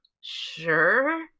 sure